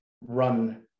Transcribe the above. run